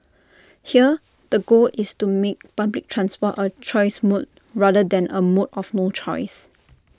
here the goal is to make public transport A choice mode rather than A mode of no choice